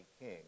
king